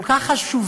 כל כך חשובה,